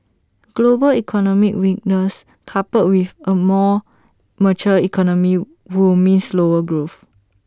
global economic weakness coupled with A more mature economy will mean slower growth